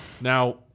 Now